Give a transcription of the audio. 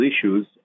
issues